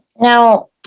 Now